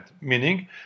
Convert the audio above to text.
meaning